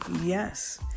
yes